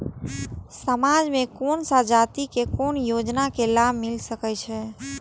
समाज में कोन सा जाति के कोन योजना के लाभ मिल सके छै?